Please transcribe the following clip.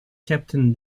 captain